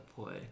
play